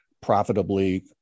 profitably